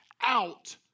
out